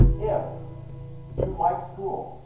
if you like school,